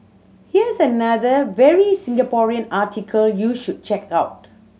here's another very Singaporean article you should check out